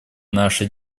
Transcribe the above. наша